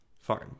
Fine